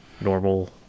normal